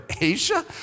Asia